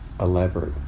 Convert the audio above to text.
elaborate